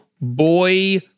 boy